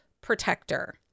protector